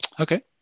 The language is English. Okay